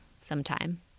sometime